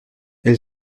elle